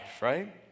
right